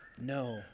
no